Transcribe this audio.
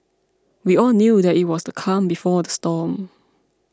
we all knew that it was the calm before the storm